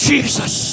Jesus